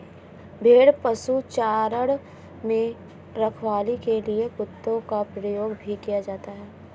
भेड़ पशुचारण में रखवाली के लिए कुत्तों का प्रयोग भी किया जाता है